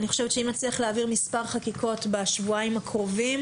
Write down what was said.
אני חושבת שאם נצליח להעביר מספר חקיקות בשבועיים הקרובים,